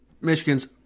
Michigan's